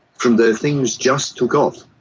from there, things just took off.